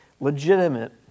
legitimate